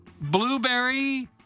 Blueberry